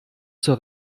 zur